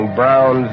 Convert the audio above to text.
brown